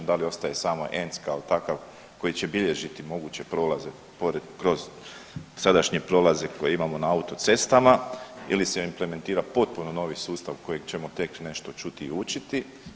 Da li ostaje samo ENC kao takav koji će bilježiti moguće prolaze kroz sadašnje prolaze koje imamo na autocestama ili se implementira potpuno novi sustav kojeg ćemo tek nešto čuti i učiti?